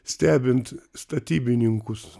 stebint statybininkus